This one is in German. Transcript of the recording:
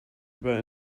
über